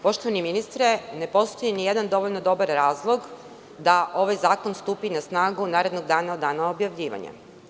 Poštovani ministre, ne postoji ni jedan dovoljno dobar razlog da ovaj zakon stupi na snagu narednog dana od dana objavljivanja.